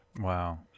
Wow